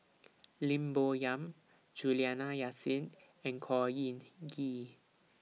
Lim Bo Yam Juliana Yasin and Khor Ean Ghee